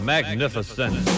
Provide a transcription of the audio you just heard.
Magnificent